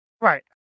Right